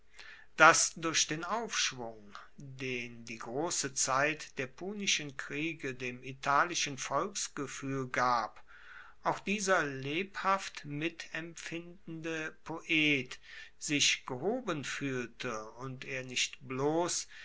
dass durch den aufschwung den die grosse zeit der punischen kriege dem italischen volksgefuehl gab auch dieser lebhaft mitempfindende poet sich gehoben fuehlte und er nicht bloss